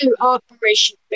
Operation